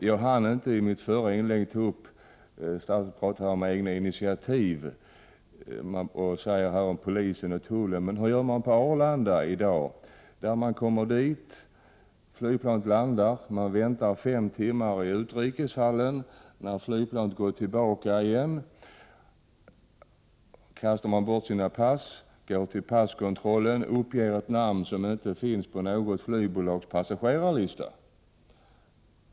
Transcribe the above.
Jag han inte i mitt förra inlägg ta upp det som statsrådet sade om egna initiativ hos polisen och tullen. Men hur gör man på Arlanda i dag? Flyktingar kommer dit, väntar fem timmar i utrikeshallen tills flygplanet vänt tillbaka hem, kastar bort sina pass, går till passkontrollen och uppger ett namn som inte finns på något flygbolags passagerarlista.